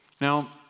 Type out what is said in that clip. Now